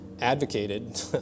advocated